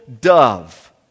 dove